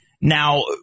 Now